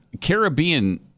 Caribbean